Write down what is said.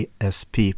ASP